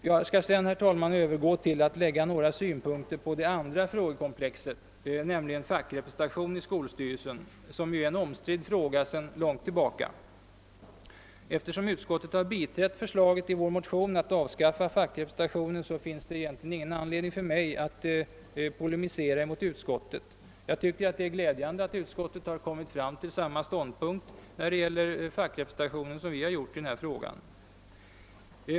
Jag skall sedan, herr talman, övergå till att anföra några synpunkter på det andra frågekomplexet, nämligen fackrepresentation i skolstyrelse, som är en omstridd fråga sedan långt tillbaka. Eftersom utskottet har biträtt förslaget i vår motion om att avskaffa fackrepresentationen, finns det ingen anledning för mig att polemisera mot utskottet. Jag tycker det är glädjande att utskottet har intagit samma ståndpunkt, när det gäller fackrepresentationen som vi har gjort.